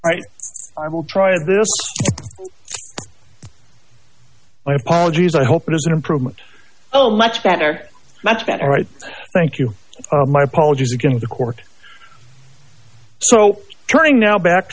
right i will try this my apologies i hope it is an improvement oh much better much better right thank you my apologies again to the court so turning now back